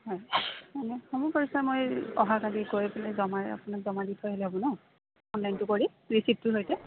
হয় মানে হ'ব ছাৰ মই অহাকালি গৈ পেলাই জমাই আপোনাক জমা দি থৈ আহিল হ'ব ন অনলাইনটো কৰি ৰিচিপ্টটোৰ সৈতে